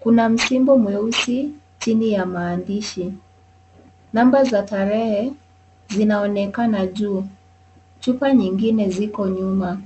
kuna msimbo mweusi chini ya maandishi namba za tarehe zinaonekana juu. Chupa nyingine ziko nyuma.